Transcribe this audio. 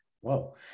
Whoa